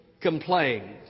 complained